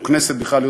או הכנסת בכלל,